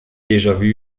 déjà